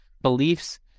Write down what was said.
beliefs